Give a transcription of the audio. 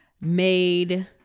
made